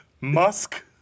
musk